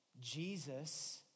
Jesus